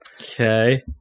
Okay